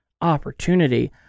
opportunity